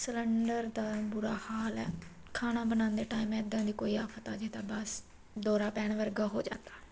cylinder ਦਾ ਬੁਰਾ ਹਾਲ ਹੈ ਖਾਣਾ ਬਣਾਉਂਦੇ ਟਾਈਮ ਇੱਦਾਂ ਦੀ ਕੋਈ ਆਫਤ ਆ ਜੇ ਤਾਂ ਬਸ ਦੌਰਾ ਪੈਣ ਵਰਗਾ ਹੋ ਜਾਂਦਾ